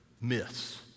myths